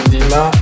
Dima